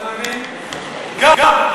אני קראתי אותה.